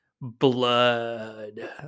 Blood